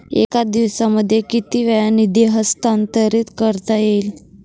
एका दिवसामध्ये किती वेळा निधी हस्तांतरीत करता येईल?